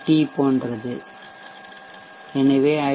D போன்றது எனவே ஐ